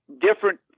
different